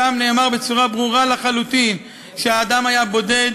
שם נאמר בצורה ברורה לחלוטין שהאדם היה בודד.